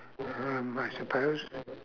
um I suppose